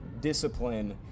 discipline